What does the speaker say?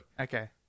Okay